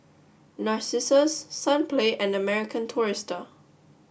Narcissus Sunplay and American Tourister